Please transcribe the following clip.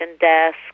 desk